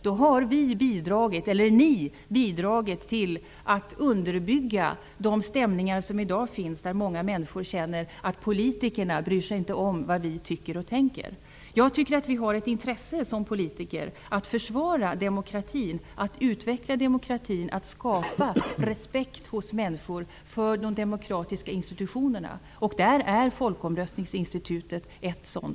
Då har ni bidragit till att underbygga de stämningar som finns i dag; att många människor känner att politikerna inte bryr sig om vad de tycker och tänker. Som politiker har vi ett intresse av att försvara demokratin, utveckla den och skapa respekt för de demokratiska institutionerna. Folkomröstningsinstitutet är en sådan.